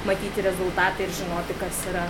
matyti rezultatą ir žinoti kas yra